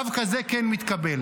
דווקא זה כן מתקבל.